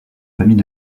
famille